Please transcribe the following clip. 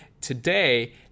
today